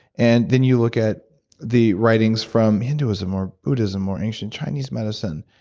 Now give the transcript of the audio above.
and then you look at the writings from hinduism or buddhism or ancient chinese medicine,